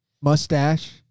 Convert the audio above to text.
Mustache